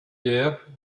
guerres